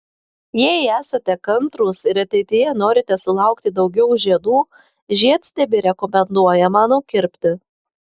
jei esate kantrūs ir ateityje norite sulaukti daugiau žiedų žiedstiebį rekomenduojama nukirpti